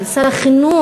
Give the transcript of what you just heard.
של שר החינוך,